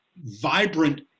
vibrant